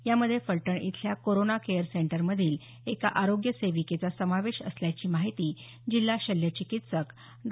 यामध्ये फलटण इथल्या corona care सेंटरमधील एका आरोग्य सेविकेचा समावेश असल्याची माहिती जिल्हा शल्य चिकित्सक डॉ